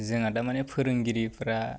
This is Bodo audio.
जोंहा दामानि फोरोंगिरिफ्रा